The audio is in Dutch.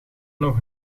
nog